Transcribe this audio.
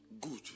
good